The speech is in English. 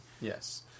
Yes